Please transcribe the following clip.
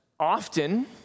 Often